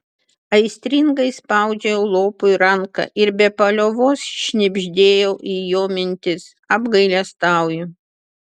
aistringai spaudžiau lopui ranką ir be paliovos šnibždėjau į jo mintis apgailestauju